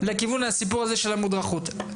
לכיוון הסיפור הזה של המודרכות.